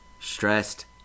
Stressed